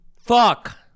Fuck